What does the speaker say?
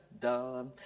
done